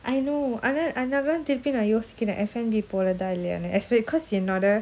I know ஆனாஅதான்நான்திருப்பியோசிக்கிறேன்:ana adhan nan thirupi yosikiren F&B போறதாஇல்லையானு:poratha illayanu cause என்னோட:ennoda